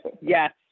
yes